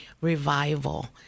Revival